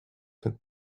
took